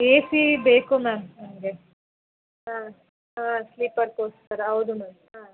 ಏ ಸಿ ಬೇಕು ಮ್ಯಾಮ್ ನಮಗೆ ಹಾಂ ಹಾಂ ಸ್ಲೀಪರ್ ಕೋಚ್ ಥರ ಹೌದು ಮ್ಯಾಮ್ ಹಾಂ